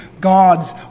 God's